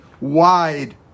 wide